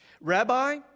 Rabbi